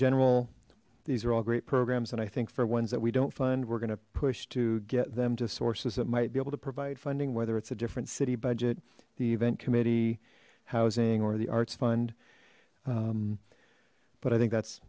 general these are all great programs and i think for ones that we don't fund we're gonna push to get them to sources that might be able to provide funding whether it's a different city budget the event committee housing or the arts fund but i think that's